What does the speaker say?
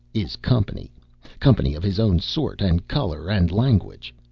is company company of his own sort and color and language.